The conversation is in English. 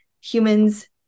humans